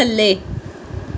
ਥੱਲੇ